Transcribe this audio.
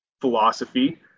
philosophy